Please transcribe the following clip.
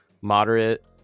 moderate